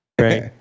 Right